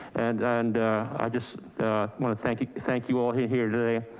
and and i just want to thank you thank you all here today.